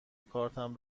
کارتم